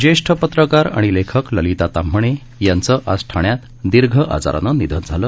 ज्येष्ठ पत्रकार आणि लेखक ललिता ताम्हणे यांचं आज ठाण्यात दीर्घ आजारानं निधन झालं